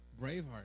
Braveheart